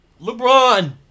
LeBron